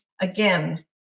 Again